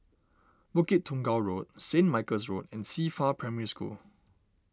Bukit Tunggal Road same Michael's Road and Qifa Primary School